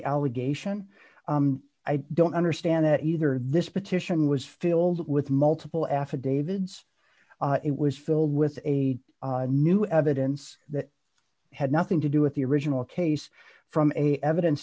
allegation i don't understand it either this petition was filled with multiple f a david's it was filled with a new evidence that had nothing to do with the original case from a evidence